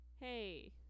Hey